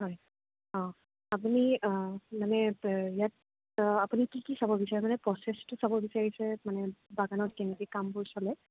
হয় অ' আপুনি মানে ইয়াত আপুনি কি কি চাব বিচাৰে মানে প্ৰচেছটো চাব বিচাৰিছে মানে বাগানত কেনেকৈ কামবোৰ চলে